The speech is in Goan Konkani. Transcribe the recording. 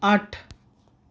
आठ